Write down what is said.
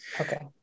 Okay